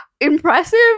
impressive